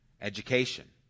Education